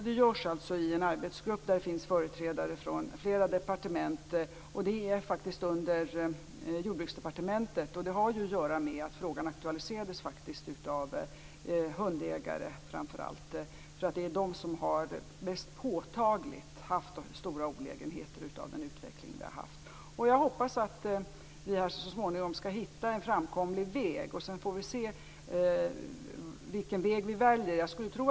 Det görs i en arbetsgrupp där det finns företrädare från flera departement. Arbetet ligger under Jordbruksdepartementet. Det beror på att frågan aktualiserades av framför allt hundägare. Det är de som mest påtagligt haft stora olägenheter av utvecklingen. Jag hoppas att vi så småningom skall hitta en framkomlig väg. Sedan får vi se vilken väg vi väljer.